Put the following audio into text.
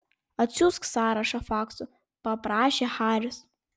atsiųsk sąrašą faksu paprašė haris